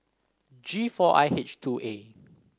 G four I H two A